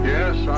Yes